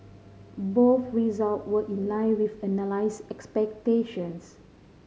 both result were in line with analyst expectations